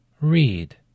Read